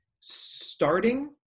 starting